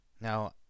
Now